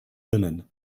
linen